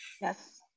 Yes